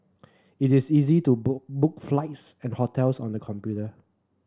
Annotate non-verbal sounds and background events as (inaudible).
it is easy to (unintelligible) book flights and hotels on the computer